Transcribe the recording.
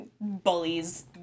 bullies-